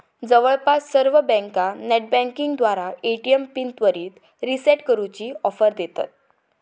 जवळपास सर्व बँका नेटबँकिंगद्वारा ए.टी.एम पिन त्वरित रीसेट करूची ऑफर देतत